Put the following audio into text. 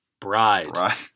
bride